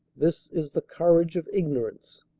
this is the courage of ignorance.